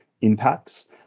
impacts